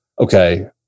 okay